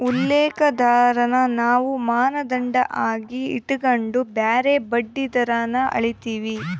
ಉಲ್ಲೇಖ ದರಾನ ನಾವು ಮಾನದಂಡ ಆಗಿ ಇಟಗಂಡು ಬ್ಯಾರೆ ಬಡ್ಡಿ ದರಾನ ಅಳೀತೀವಿ